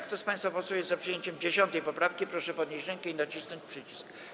Kto z państwa posłów jest za przyjęciem 10. poprawki, proszę podnieść rękę i nacisnąć przycisk.